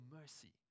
mercy